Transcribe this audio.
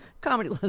comedy